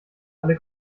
alle